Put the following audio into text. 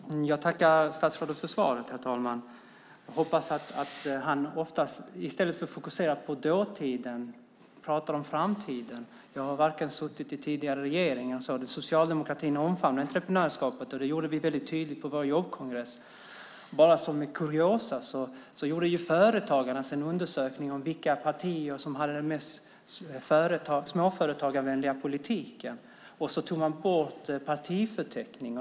Herr talman! Jag tackar ännu en gång för statsrådets svar och hoppas att han i stället för att fokusera på dåtid pratar om framtid. Jag har inte suttit med i någon tidigare regering, men Socialdemokraterna omfamnar entreprenörskapet. Det gjorde vi väldigt tydligt på vår jobbkongress. Som kuriosa kan jag nämna att Företagarna gjort en undersökning av vilka partier som har den mest småföretagarvänliga politiken. Partibeteckning fanns inte med.